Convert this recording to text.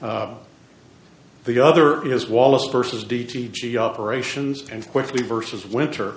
the other is wallace versus d t g operations and quickly versus winter